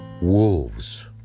wolves